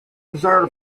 desired